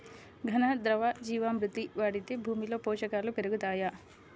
ఘన, ద్రవ జీవా మృతి వాడితే భూమిలో పోషకాలు పెరుగుతాయా?